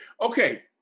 Okay